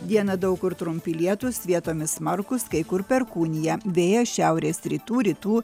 dieną daug kur trumpi lietūs vietomis smarkūs kai kur perkūnija vėjas šiaurės rytų rytų